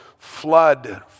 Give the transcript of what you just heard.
Flood